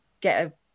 get